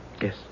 Yes